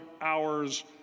hours